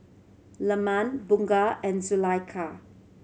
Leman Bunga and Zulaikha